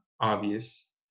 obvious